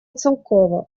целкова